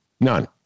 None